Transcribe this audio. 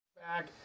back